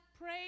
pray